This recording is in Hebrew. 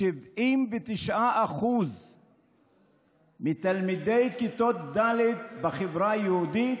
ש-79% מתלמידי כיתות ד' בחברה היהודית